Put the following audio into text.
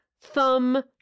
thumb